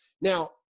Now